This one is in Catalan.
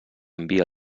envia